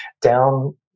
down